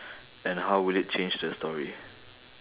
and how would it change the story